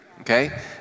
Okay